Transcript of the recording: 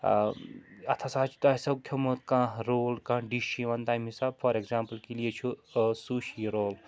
آ اَتھ ہَسا چھُ تۄہہِ ٲسٮ۪و کھیوٚومُت کانٛہہ رول کانٛہہ ڈِش چھِ یِوان تَمہِ حِساب فار ایٚگزامپُل کِنہٕ یہِ چھُ سوٗشی رول